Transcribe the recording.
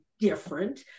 different